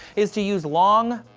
is to use long,